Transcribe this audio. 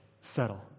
settle